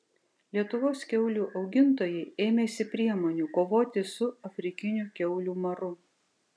lietuvos kiaulių augintojai ėmėsi priemonių kovoti su afrikiniu kiaulių maru